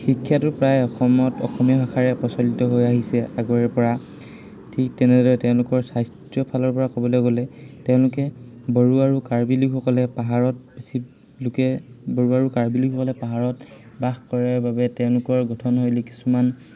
শিক্ষাটো প্ৰায় অসমত অসমীয়া ভাষাৰে প্ৰচলিত হৈ আহিছে আগৰে পৰা ঠিক তেনেদৰে তেওঁলোকৰ স্বাস্থ্য ফালৰ পৰা ক'বলৈ গ'লে তেওঁলোকে বড়ো আৰু কাৰ্বিলোকসকলে পাহাৰত বেছি লোকে বড়ো আৰু কাৰ্বিলোকসকলে পাহাৰত বাস কৰাৰ বাবে তেওঁলোকৰ গঠনশৈলী কিছুমান